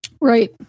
right